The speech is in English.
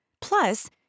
Plus